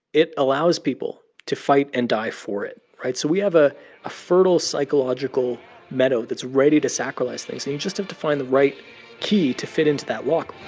it allows people to fight and die for it, right? so we have ah a fertile psychological meadow that's ready to sacralize things. and you just have to find the right key to fit into that lock